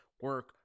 Work